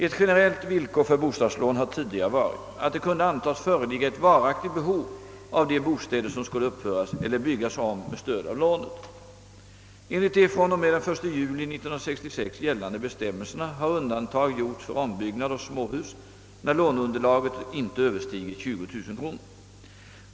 Ett generellt villkor för bostadslån har tidigare varit att det kunde antas föreligga ett varaktigt behov av de bostäder, som skulle uppföras eller byg gas om med stöd av lånet. Enligt de från och med den 1 juli 1966 gällande bestämmelserna har undantag gjorts för ombyggnad av småhus, när låneunderlaget inte överstiger 20000 kr.